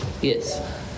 Yes